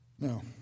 No